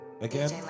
Again